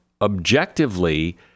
objectively